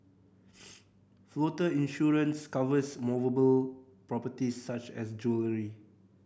floater insurance covers movable properties such as jewellery